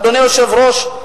אדוני היושב-ראש,